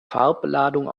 farbladung